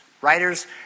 Writers